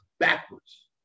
backwards